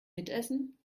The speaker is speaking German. mitessen